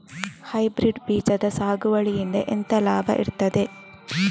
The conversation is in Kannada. ಹೈಬ್ರಿಡ್ ಬೀಜದ ಸಾಗುವಳಿಯಿಂದ ಎಂತ ಲಾಭ ಇರ್ತದೆ?